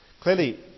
clearly